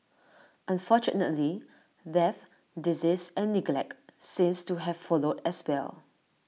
unfortunately death disease and neglect seemed to have followed as well